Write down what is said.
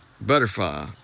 butterfly